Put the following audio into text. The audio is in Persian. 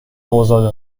اوضاع